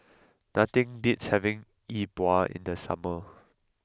nothing beats having Yi Bua in the summer